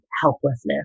helplessness